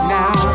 now